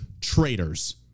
traitors